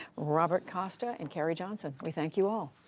robert costa and carrie johnson, we thank you all.